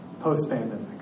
post-pandemic